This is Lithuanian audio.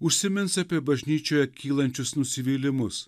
užsimins apie bažnyčioje kylančius nusivylimus